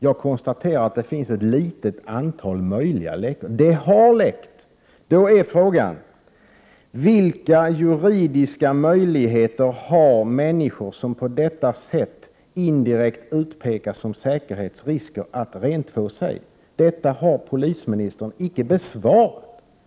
Jag konstaterar att det finns ett litet antal möjliga läckor. Det har läckt. Då är frågan: Vilka juridiska möjligheter har människor som på detta sätt indirekt utpekas som säkerhetsrisker att rentvå sig? Den frågan har polisministern icke besvarat.